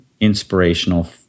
inspirational